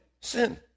sin